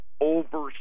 over